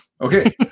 Okay